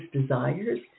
desires